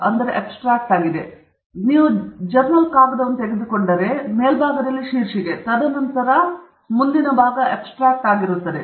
ಆದ್ದರಿಂದ ನೀವು ಜರ್ನಲ್ ಕಾಗದವನ್ನು ತೆಗೆದುಕೊಂಡರೆ ಮೇಲ್ಭಾಗದಲ್ಲಿ ಶೀರ್ಷಿಕೆ ತದನಂತರ ಮುಂದಿನ ಭಾಗವು ಅಮೂರ್ತವಾಗಿದೆ